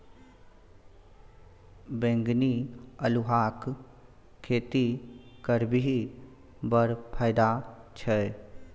बैंगनी अल्हुआक खेती करबिही बड़ फायदा छै